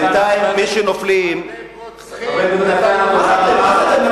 בינתיים מי שנופלים, אתם רוצחים, מה זה?